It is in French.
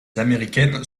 américaines